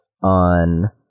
on